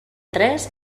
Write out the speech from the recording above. tres